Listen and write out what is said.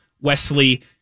Wesley